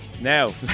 Now